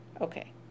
Okay